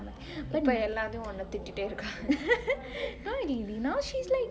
இப்ப எல்லாருமெ உன்ன திட்டிட்டே இருக்காங்க:ippe ellaro unne tittite irukaange